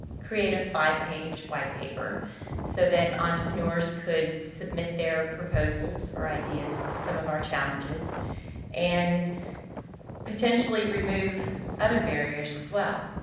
create a five-page white paper so that entrepreneurs could submit their proposals or ideas to some of our challenges and potentially remove other barriers as well.